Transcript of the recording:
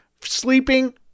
sleeping